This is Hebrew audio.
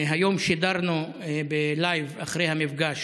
היום שידרנו בלייב אחרי המפגש